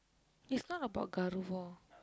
is not about கர்வம்:karvam